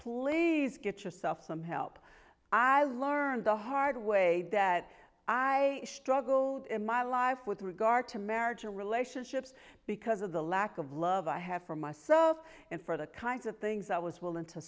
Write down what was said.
please get yourself some help i learned the hard way that i struggled in my life with regard to marriage or relationships because of the lack of love i have for myself and for the kinds of things i was willing to